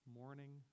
morning